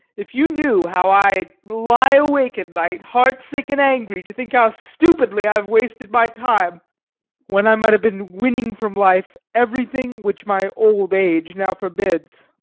if you knew how i lie awake at night, heartsick and angry, to think how stupidly i have wasted my time when i might have been winning from life everything which my old age now forbids.